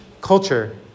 culture